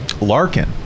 larkin